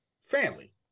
family